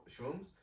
shrooms